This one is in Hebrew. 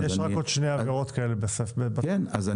יש רק